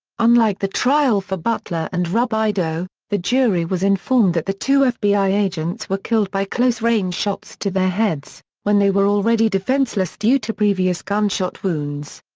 unlike the trial for butler and robideau, the jury was informed that the two fbi agents were killed by close-range shots to their heads, when they were already defenseless due to previous gunshot wounds.